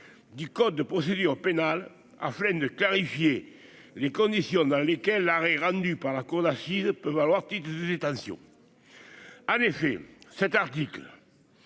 du code de procédure pénale afin de clarifier les conditions dans lesquelles l'arrêt rendu par la cour d'assises peut valoir titre de détention en effet cet article